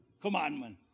commandment